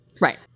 Right